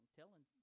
telling